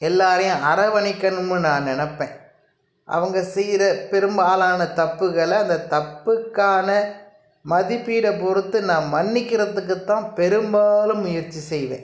எல்லோரையும் அரவணைக்கணும்னு நான் நினைப்பேன் அவங்க செய்கிற பெரும்பாலான தப்புகளை அந்த தப்புக்கான மதிப்பீட பொறுத்து நான் மன்னிக்கிறதுக்கு தான் பெரும்பாலும் முயற்சி செய்வேன்